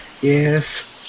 Yes